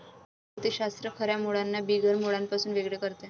वनस्पति शास्त्र खऱ्या मुळांना बिगर मुळांपासून वेगळे करते